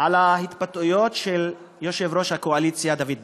על ההתבטאויות של יושב-ראש הקואליציה דוד ביטן.